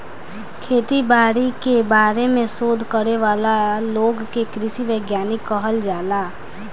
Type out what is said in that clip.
खेती बारी के बारे में शोध करे वाला लोग के कृषि वैज्ञानिक कहल जाला